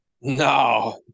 No